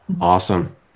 Awesome